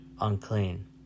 unclean